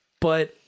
But-